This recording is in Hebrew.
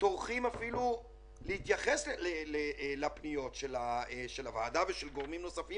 טורחים להתייחס לפניות של הוועדה ושל גורמים נוספים